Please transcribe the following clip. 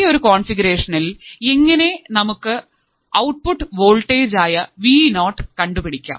ഈയൊരു കോൺഫിഗുറേഷനിൽ എങ്ങനെ നമുക്ക് ഔട്ട്പുട്ട് വോൾട്ടേജ് ആയ വിനോട് കണ്ടുപിടിക്കാം